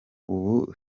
ubu